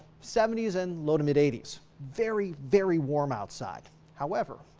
seventy s and low to mid eighty s very very warm outside however.